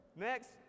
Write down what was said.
Next